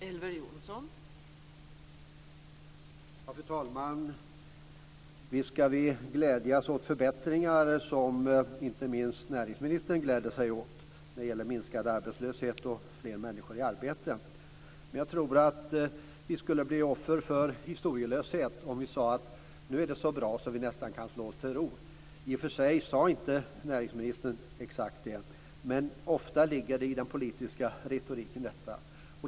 Fru talman! Visst skall vi, som näringsministern gör, glädjas åt förbättringar när det gäller minskad arbetslöshet och fler människor i arbete. Men vi skulle vara offer för historielöshet om vi sade att det nu är så bra att vi nästan kan slå oss till ro. I och för sig sade inte näringsministern exakt så, men ofta ligger detta i den politiska retoriken.